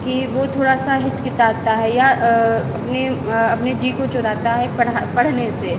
कि वो थोड़ा सा हिचकिचाता है या अपने अपने जी को चुराता है पढ़ा पढ़ने से